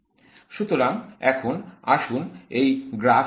সুতরাং এখন আসুন এই গ্রাফের সেই অংশটি দেখি